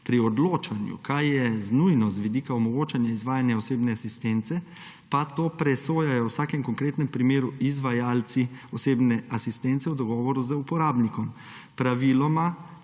Pri odločanju, kaj je nujno z vidika omogočanja izvajanja osebne asistence, pa to presojajo v vsakem konkretnem primeru izvajalci osebne asistence v dogovoru z uporabnikom. Praviloma